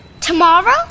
Tomorrow